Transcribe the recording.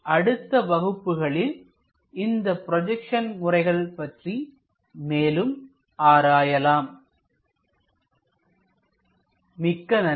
அடுத்த வகுப்புகளில் இந்த ப்ரொஜெக்ஷன் முறைகள் பற்றி மேலும் அறியலாம்